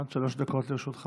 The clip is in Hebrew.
עד שלוש דקות לרשותך.